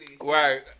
Right